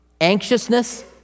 Anxiousness